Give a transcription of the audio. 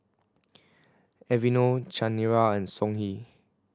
Aveeno Chanira and Songhe